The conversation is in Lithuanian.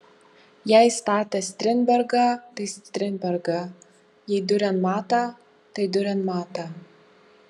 jei statė strindbergą tai strindbergą jei diurenmatą tai diurenmatą